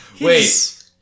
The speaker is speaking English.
Wait